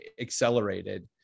accelerated